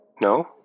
No